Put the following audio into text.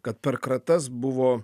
kad per kratas buvo